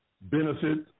benefits